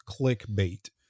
clickbait